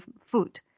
food